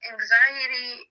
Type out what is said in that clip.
Anxiety